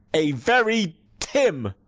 a very tim.